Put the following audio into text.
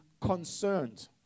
concerned